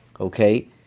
okay